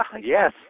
Yes